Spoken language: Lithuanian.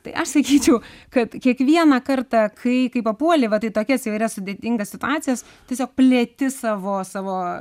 tai aš sakyčiau kad kiekvieną kartą kai kai papuoli vat į tokias įvairias sudėtingas situacijas tiesiog plėti savo savo